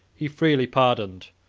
he freely pardoned,